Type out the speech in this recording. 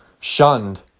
shunned